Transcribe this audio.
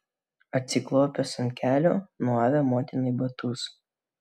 atsiklaupęs ant kelių nuavė motinai batus